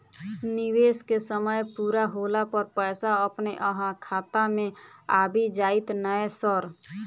निवेश केँ समय पूरा होला पर पैसा अपने अहाँ खाता मे आबि जाइत नै सर?